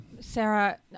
Sarah